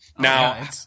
Now